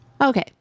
Okay